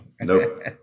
Nope